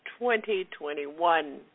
2021